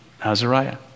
Azariah